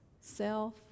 self